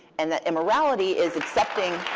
and that immorality is accepting